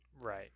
right